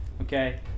Okay